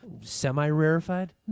Semi-rarefied